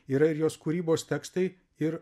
yra ir jos kūrybos tekstai ir